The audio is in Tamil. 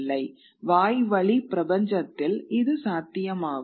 வாய்வழி பிரபஞ்சத்தில் இது சாத்தியம் ஆகும்